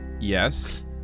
Yes